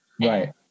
Right